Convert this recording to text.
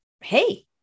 hey